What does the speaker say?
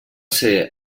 ser